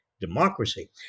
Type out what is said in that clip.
democracy